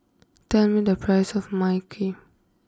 tell me the price of my Kee